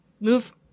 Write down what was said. move